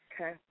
Okay